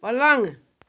पलंग